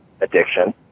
addiction